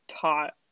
taught